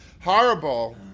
horrible